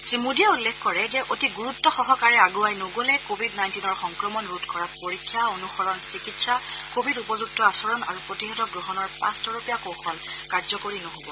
শ্ৰীমোদীয়ে উল্লেখ কৰে যে অতি গুৰুত্ব সহকাৰে আগুৱাই নগলে কোৱিড নাইণ্টিৰ সংক্ৰমণ ৰোধ কৰাত পৰীক্ষা অনুসৰণ চিকিৎসা কোৱিড উপযুক্ত আচৰণ আৰু প্ৰতিষেধক গ্ৰহণৰ পাঁচ তৰপীয়া কৌশল কাৰ্য্যকৰী নহব